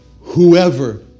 whoever